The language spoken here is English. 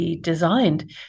designed